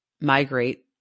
migrate